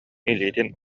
илиитин